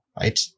right